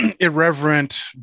irreverent